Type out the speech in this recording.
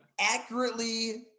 accurately